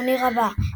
לטורניר הבא,